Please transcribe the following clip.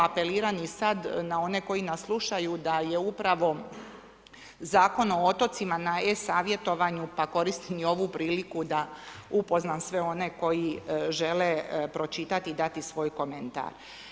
Apeliram i sada na one koji nas slušaju, da je upravo Zakon o otocima na e-savjetovanju, pa koristim i ovu priliku da upoznam sve one koji žele pročitati i dati svoj komentar.